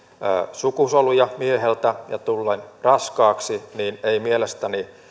sukusoluja mieheltä ja tulla raskaaksi ei mielestäni